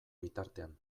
bitartean